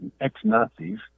ex-Nazis